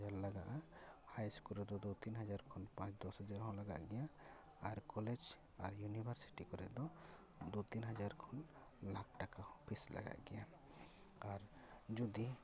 ᱛᱤᱱ ᱦᱟᱡᱟᱨ ᱞᱟᱜᱟᱜᱼᱟ ᱦᱟᱭ ᱤᱥᱠᱩᱞ ᱨᱮᱫᱚ ᱫᱩ ᱛᱤᱱ ᱦᱟᱡᱟᱨ ᱠᱷᱚᱱ ᱯᱟᱸᱪ ᱫᱚᱥ ᱦᱟᱡᱟᱨ ᱦᱚᱸ ᱞᱟᱜᱟᱜ ᱜᱮᱭᱟ ᱟᱨ ᱠᱚᱞᱮᱡᱽ ᱟᱨ ᱭᱩᱱᱤᱵᱷᱟᱨᱥᱤᱴᱤ ᱠᱚᱨᱮ ᱫᱚ ᱫᱩ ᱛᱤᱱ ᱦᱟᱡᱟᱨ ᱠᱷᱚᱱ ᱞᱟᱠᱷ ᱴᱟᱠᱟ ᱦᱚᱸ ᱯᱷᱤᱥ ᱞᱟᱜᱟᱜ ᱜᱮᱭᱟ ᱟᱨ ᱡᱩᱫᱤ